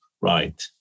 right